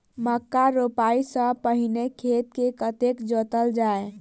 मक्का रोपाइ सँ पहिने खेत केँ कतेक जोतल जाए?